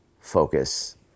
focus